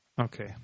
Okay